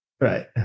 Right